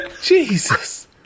Jesus